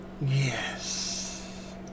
Yes